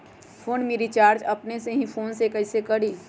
Phone में recharge अपने ही फ़ोन से कईसे करी?